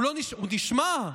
הוא נשמע,